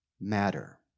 matter